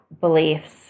beliefs